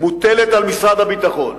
מוטלת על משרד הביטחון.